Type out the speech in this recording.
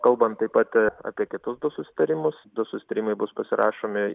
kalbant taip pat apie kitus du susitarimus du susitarimai bus pasirašomi